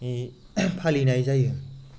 फालिनाय जायो